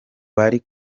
bari